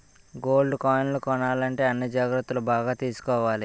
gold కాయిన్లు కొనాలంటే అన్ని జాగ్రత్తలు బాగా తీసుకోవాలి